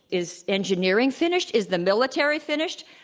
is engineering finished? is the military finished?